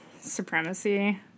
supremacy